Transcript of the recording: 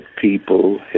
people